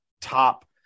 top